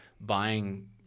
buying